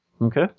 Okay